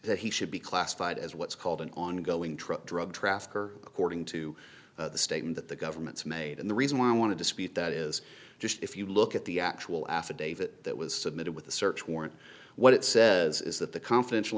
that he should be classified as what's called an ongoing trust drug trafficker according to the statement that the government's made and the reason why i want to dispute that is just if you look at the actual affidavit that was submitted with the search warrant what it says is that the confidential